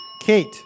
Kate